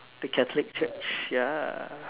the Catholic Church ya